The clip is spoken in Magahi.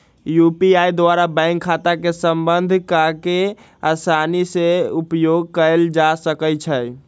यू.पी.आई द्वारा बैंक खता के संबद्ध कऽ के असानी से उपयोग कयल जा सकइ छै